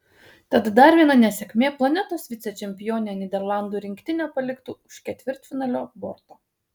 tad dar viena nesėkmė planetos vicečempionę nyderlandų rinktinę paliktų už ketvirtfinalio borto